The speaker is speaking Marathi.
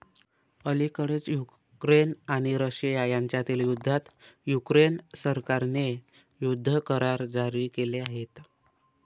अलिकडेच युक्रेन आणि रशिया यांच्यातील युद्धात युक्रेन सरकारने युद्ध करार जारी केले आहेत